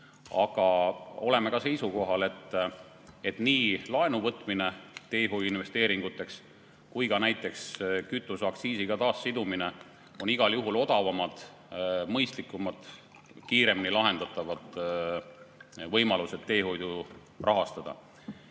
Aga oleme seisukohal, et nii laenuvõtmine teehoiuinvesteeringuteks kui ka näiteks taas kütuseaktsiisiga sidumine on igal juhul odavamad, mõistlikumad, kiiremini lahendatavad võimalused teehoidu